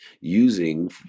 using